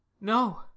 No